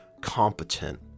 competent